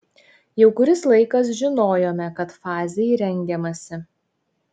jau kuris laikas žinojome kad fazei rengiamasi